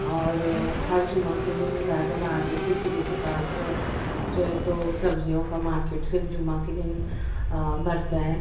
اور ہر جمعہ کے دن راجہ بہادر کے قلعہ کے پاس جو ہے تو سبزیوں کا مارکٹ صرف جمعہ کے دن بڑھتا ہے